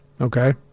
okay